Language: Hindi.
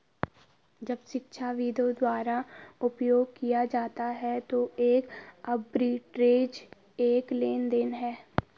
जब शिक्षाविदों द्वारा उपयोग किया जाता है तो एक आर्बिट्रेज एक लेनदेन है